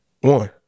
One